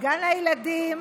גן הילדים